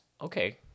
Okay